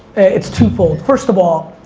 it's two fold, first of all,